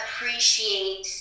appreciate